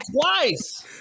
twice